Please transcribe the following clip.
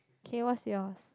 okay what is yours